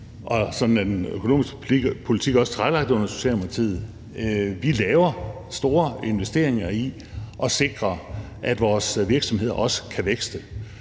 den økonomiske politik også tilrettelagt under Socialdemokratiet, laver vi store investeringer i at sikre, at vores virksomheder også kan vækste.